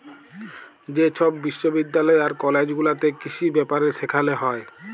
যে ছব বিশ্ববিদ্যালয় আর কলেজ গুলাতে কিসি ব্যাপারে সেখালে হ্যয়